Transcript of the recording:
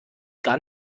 gar